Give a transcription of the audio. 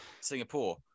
Singapore